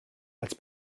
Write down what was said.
als